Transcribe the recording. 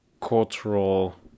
cultural